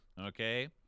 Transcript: okay